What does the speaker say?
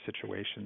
situations